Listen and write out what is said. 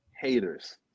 haters